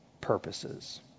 purposes